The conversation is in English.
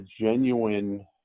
genuine